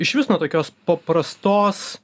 išvis nuo tokios paprastos